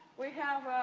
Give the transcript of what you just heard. we have